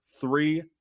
three